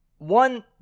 One